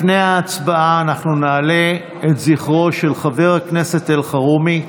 לפני ההצבעה נעלה את זכרו של חבר הכנסת אלחרומי.